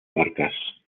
marcas